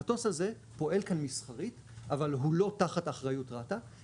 המטוס הזה פועל כאן מסחרית אבל הוא לא תחת אחראיות רת"א.